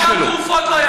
לא שלו.